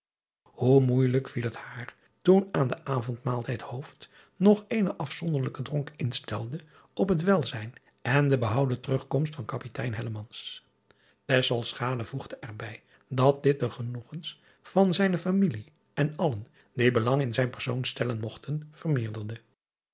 oe moeijelijk viel het haar toen aan den avondmaaltijd nog eenen afzonderlijken dronk instelde op het welzijn en de behouden terugkomst van apitein voegde er bij en dat dit de genoegens van zijne familie en allen die belang in zijn persoon stellen mogten vermeerdere